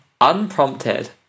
unprompted